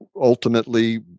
ultimately